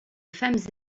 femmes